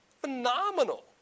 phenomenal